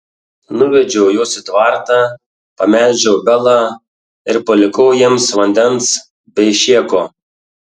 nuvedžiau juos į tvartą pamelžiau belą ir palikau jiems vandens bei šėko